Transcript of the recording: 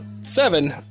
seven